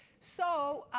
so,